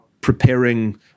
preparing